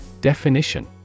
Definition